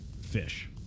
Fish